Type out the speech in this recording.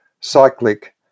cyclic